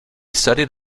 studied